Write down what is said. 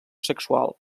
sexual